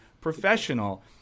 professional